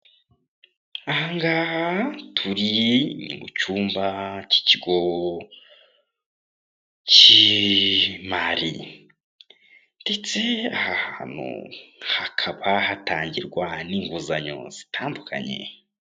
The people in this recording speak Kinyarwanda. Aha ngaha turi ni mucyumba k'ikigo k'imari, ndetse aha hantu hakaba hatangirwa inguzanyo zitandukanye.